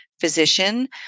physician